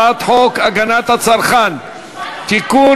הצעת חוק הגנת הצרכן (תיקון,